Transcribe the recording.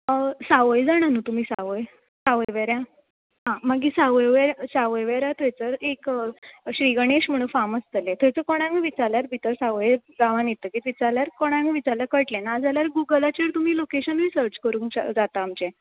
सावय जाणा न्हू तुमीं सावय सावयवेऱ्यां आं मागीर सावयवेऱ्यां सावयवेऱ्यां थंयसर एक अशी श्री गणेश म्हुणू फार्म आसतलें थंय तूं कोणाक विचारल्यार भितर सावय गांवान येतकच विचारल्यार कोणांक विचारल्यार कळटलें नाजाल्यार गुगलाचेर तुमी लोकेशनूय सर्च करूंक जाता आमचें